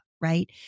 right